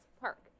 park